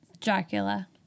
Dracula